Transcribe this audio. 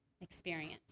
experience